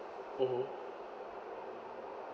mmhmm